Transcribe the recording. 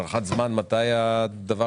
יש לכם הערכת זמן מתי זה יקרה?